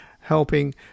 helping